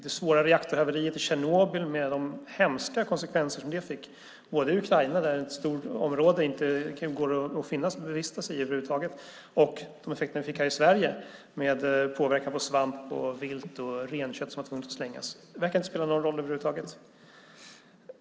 Det svåra reaktorhaveriet i Tjernobyl med de hemska konsekvenser som det fick i Ukraina där ett stort område inte går att vistas i över huvud taget och de effekter det fick här i Sverige med påverkan på svamp, vilt och renkött som man tvingades slänga verkar inte spela någon roll över huvud taget.